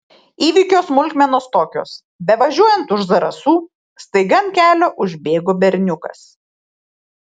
įvykio smulkmenos tokios bevažiuojant už zarasų staiga ant kelio užbėgo berniukas